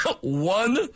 one